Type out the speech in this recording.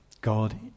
God